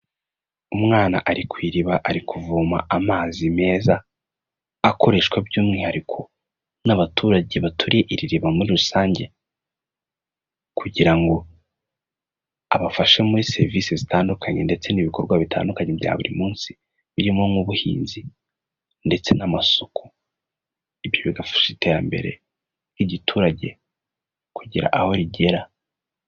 Umwana ari ku iriba ari kuvoma amazi meza akoreshwa by'umwihariko n'abaturage baturiye iri iriba muri rusange, kugira ngo abafashe muri serivisi zitandukanye ndetse n'ibikorwa bitandukanye bya buri munsi birimo nk'ubuhinzi ndetse n'amasuku. Ibyo bigafasha iterambere ry'igiturage kugera aho rigera.